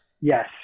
Yes